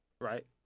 right